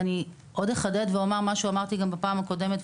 אני אחדד ואומר אמרתי את זה גם בפעם הקודמת,